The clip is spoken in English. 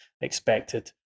expected